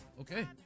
okay